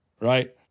right